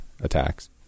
attacks